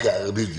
בדיוק.